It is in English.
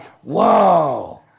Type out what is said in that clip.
whoa